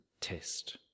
test